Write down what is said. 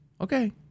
Okay